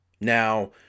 Now